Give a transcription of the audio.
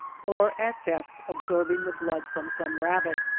or at best absorbing the blood from some rabbit.